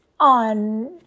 On